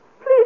Please